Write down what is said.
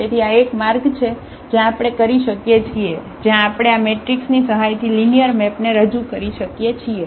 તેથી આ એક માર્ગ છે જ્યાં આપણે કરી શકીએ છીએ જ્યાં આપણે આ મેટ્રિસની સહાયથી લિનિયર મેપને રજૂ કરી શકીએ છીએ